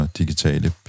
digitale